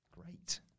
Great